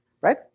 right